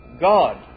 God